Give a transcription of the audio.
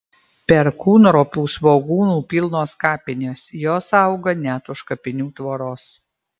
perkūnropių svogūnų pilnos kapinės jos auga net už kapinių tvoros